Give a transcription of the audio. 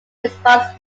response